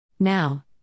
Now